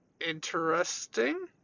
interesting